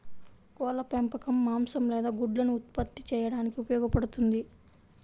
కోళ్ల పెంపకం మాంసం లేదా గుడ్లను ఉత్పత్తి చేయడానికి ఉపయోగపడుతుంది